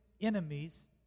enemies